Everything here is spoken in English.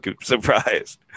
surprised